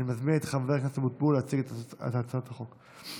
אני מזמין את חבר הכנסת אבוטבול להציג את הצעת החוק.